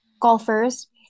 golfers